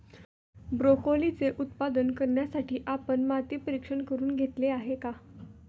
ब्रोकोलीचे उत्पादन करण्यासाठी आपण माती परीक्षण करुन घेतले आहे का?